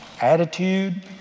attitude